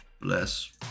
Bless